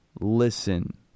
Listen